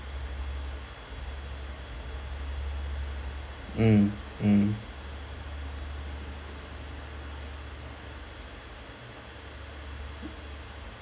mm mm